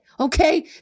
Okay